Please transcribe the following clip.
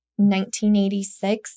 1986